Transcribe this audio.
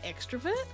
extrovert